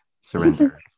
surrender